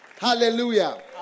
Hallelujah